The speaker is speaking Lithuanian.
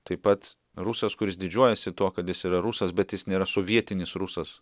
taip pat rusas kuris didžiuojasi tuo kad jis yra rusas bet jis nėra sovietinis rusas